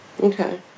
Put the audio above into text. Okay